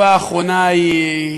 חבר הכנסת זוהיר בהלול,